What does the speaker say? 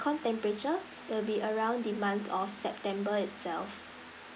air-con temperature it will be around the month of september itself